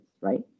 right